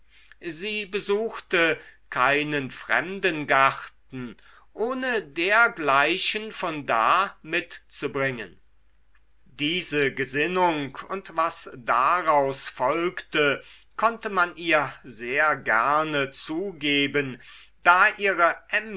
sie besuchte keinen fremden garten ohne dergleichen von da mitzubringen diese gesinnung und was daraus folgte konnte man ihr sehr gerne zugeben da ihre